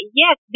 yes